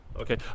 Okay